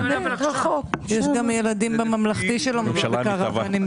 יש גם ילדים בממלכתי שלומדים בקרוונים.